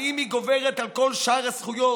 האם היא גוברת על כל שאר הזכויות?